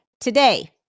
Today